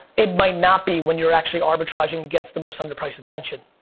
it might not be, when you're actually arbitraging against the most under priced attention.